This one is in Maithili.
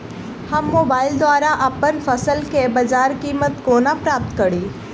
हम मोबाइल द्वारा अप्पन फसल केँ बजार कीमत कोना प्राप्त कड़ी?